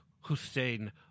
Hussein